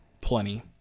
plenty